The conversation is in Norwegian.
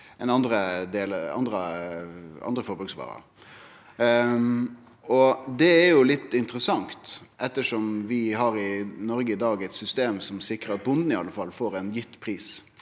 enn andre forbruksvarer. Det er litt interessant ettersom vi i Noreg i dag har eit system som sikrar at bonden i alle fall får ein gitt pris